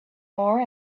more